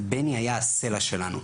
בני היה הסלע שלנו,